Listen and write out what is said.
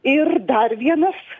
ir dar vienas